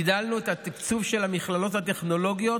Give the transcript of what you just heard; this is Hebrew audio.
הגדלנו את התקצוב של מכללות הטכנולוגיות